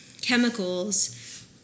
chemicals